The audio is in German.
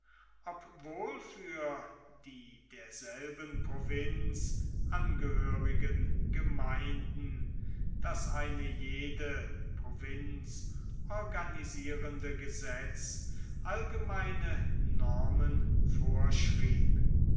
obwohl für die derselben provinz angehörigen gemeinden das eine jede provinz organisierende gesetz allgemeine normen vorschrieb